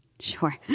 Sure